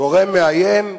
גורם מאיים?